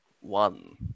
one